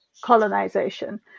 colonization